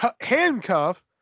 handcuff